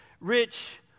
rich